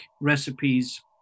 recipes